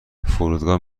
فرودگاه